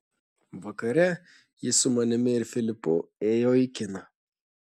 vakare jis su manimi ir filipu ėjo į kiną